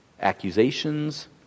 accusations